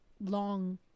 long